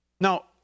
Now